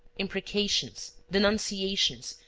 imprecations, denunciations,